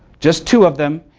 just two of them,